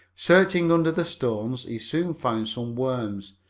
searching under the stones he soon found some worms,